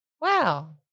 Wow